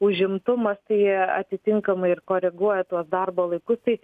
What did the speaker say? užimtumas tai atitinkamai ir koreguoja tuos darbo laikus tai